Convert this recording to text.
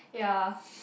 ya